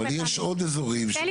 אבל יש עוד אזורים שרוצים לדבר.